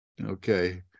Okay